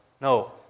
No